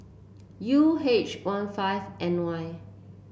U H one five N Y